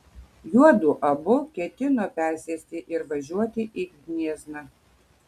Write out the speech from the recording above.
juodu abu ketino persėsti ir važiuoti į gniezną